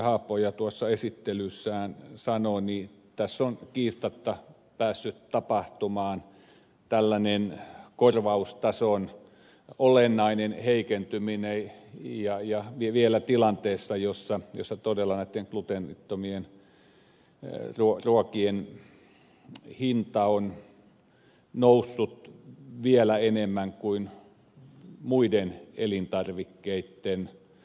haapoja tuossa esittelyssään sanoi tässä on kiistatta päässyt tapahtumaan tällainen korvaustason olennainen heikentyminen ja vielä tilanteessa jossa todella näitten gluteenittomien ruokien hinta on noussut vielä enemmän kuin muiden elintarvikkeitten